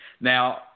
Now